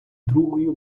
другою